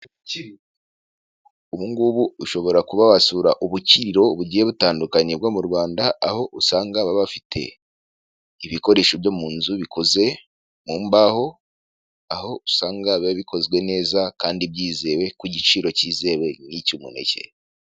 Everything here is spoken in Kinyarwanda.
Ubu ngubu ushobora kuba wasura ubukiriro bugiye butandukanye bwo mu Rwanda, aho usanga baba bafite ibikoresho byo mu nzu bikoze mu mbaho, aho usanga biba bikozwe neza kandi byizewe, ku igiciro cyizewe nk'icy'umuneke.